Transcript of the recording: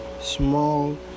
small